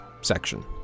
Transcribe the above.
section